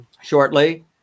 shortly